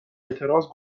اعتراض